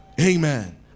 Amen